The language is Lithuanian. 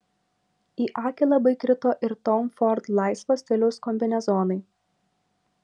į akį labai krito ir tom ford laisvo stiliaus kombinezonai